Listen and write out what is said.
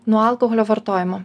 nuo alkoholio vartojimo